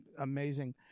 amazing